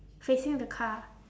facing the car